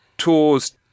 tours